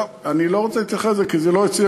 אני לא רוצה להתייחס לזה כי זה לא אצלי.